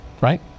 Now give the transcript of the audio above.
right